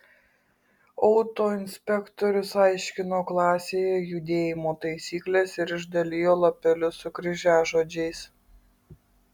autoinspektorius aiškino klasėje judėjimo taisykles ir išdalijo lapelius su kryžiažodžiais